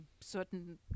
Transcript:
certain